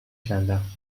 کندم